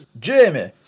Jamie